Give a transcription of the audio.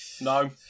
No